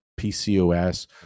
PCOS